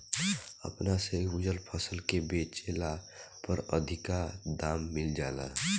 अपना से उपजल फसल के बेचला पर अधिका दाम मिल जाला